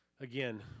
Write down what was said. Again